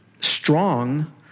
strong